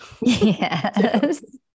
Yes